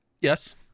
Yes